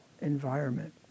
environment